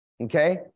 okay